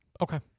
Okay